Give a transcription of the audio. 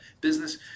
business